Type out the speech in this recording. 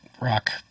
rock